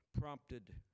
prompted